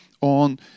on